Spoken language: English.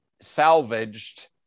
salvaged